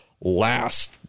last